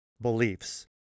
beliefs